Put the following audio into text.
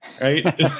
Right